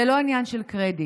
זה לא עניין של קרדיט.